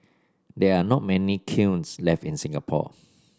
there are not many kilns left in Singapore